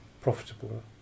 profitable